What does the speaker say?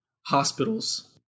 Hospitals